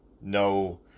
no